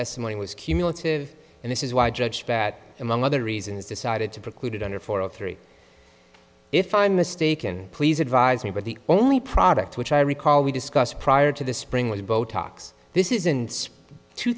testimony was cumulative and this is why judge that among other reasons decided to preclude it under four of three if i'm mistaken please advise me but the only product which i recall we discussed prior to the spring was botox this isn't two